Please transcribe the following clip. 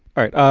all right.